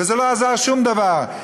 וזה לא עזר שום דבר.